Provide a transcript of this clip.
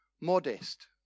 modest